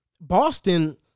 Boston